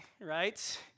right